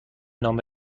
نامه